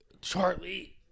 Charlie